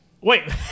Wait